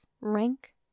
rank